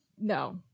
no